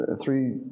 three